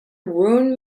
ruin